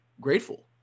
grateful